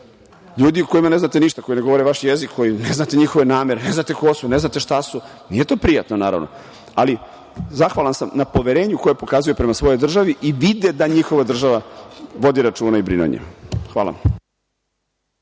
ljudi o kojima ne znate ništa, koji ne govore vaš jezik, ne znate njihove namere, ne znate ko su, ne znate šta su, nije to prijatno, naravno. Ali zahvalan sam na poverenju koje pokazuju prema svojoj državi i vide da njihova država vodi računa i brine o njima. Hvala